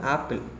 Apple